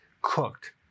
cooked